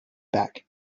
back